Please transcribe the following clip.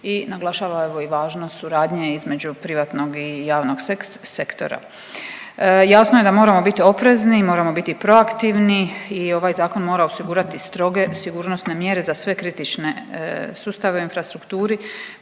i naglašava, evo i važnost suradnje između privatnog i javnog sektora. Jasno je da moramo bit oprezni, moramo biti proaktivni i ovaj Zakon mora osigurati stroge sigurnosne mjere za sve kritične sustave u infrastrukturi,